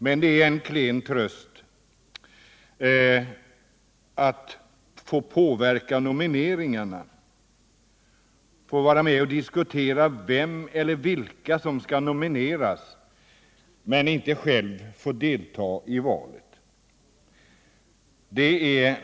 Men det är en klen tröst att bara få vara med och diskutera vem eller vilka som skall nomineras men inte själv få delta i valet.